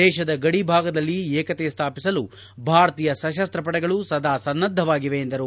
ದೇತದ ಗಡಿಭಾಗದಲ್ಲಿ ಏಕತೆ ಸ್ಥಾಪಿಸಲು ಭಾರತೀಯ ಸಶಸ್ತ ಪಡೆಗಳು ಸದಾ ಸನ್ನದ್ದವಾಗಿವೆ ಎಂದರು